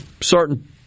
certain